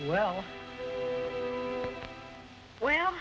well well